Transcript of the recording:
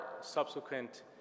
subsequent